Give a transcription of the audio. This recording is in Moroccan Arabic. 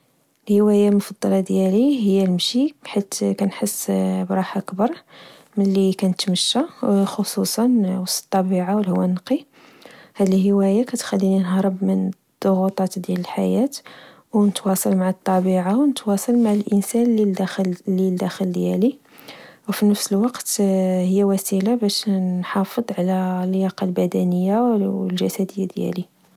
الهواية المفضلة ديالي هي المشي، حيث كنحس براحة كبر ملي كنتمشى، خصوصاً وسط الطبيعة والهوا النقي. هاد الهواية كتخليني نهرب من الضغوطات ديال الحياة، ونتواصل مع الطبيعة ونتواصل مع الإنسان للداخل ديالي، وفي نفس الوقت هي وسيلة باش نحافظ على اللياقة البدنية و الجسدية ديالي..